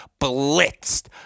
blitzed